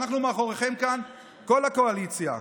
אנחנו מאחוריכם כאן, כל הקואליציה.